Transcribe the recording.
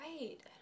right